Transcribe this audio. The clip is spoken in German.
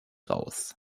raus